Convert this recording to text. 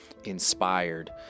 inspired